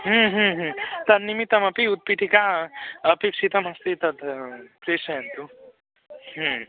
तन्निमित्तमपि उत्पिठिका अपेक्षिता अस्ति तत्प्रेषयन्तु